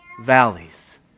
valleys